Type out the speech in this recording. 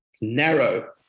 narrow